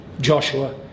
Joshua